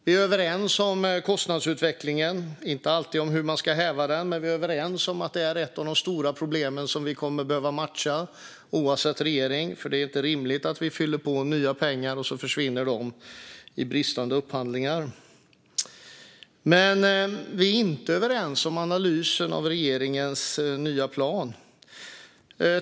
Vi är överens om kostnadsutvecklingen, inte alltid om hur man ska häva den, men vi är överens om att det är ett av de stora problemen som vi kommer att behöva matcha oavsett regering, för det är inte rimligt att vi fyller på nya pengar som försvinner i bristande upphandlingar. Det vi inte är överens om är analysen av regeringens nya plan.